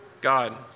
God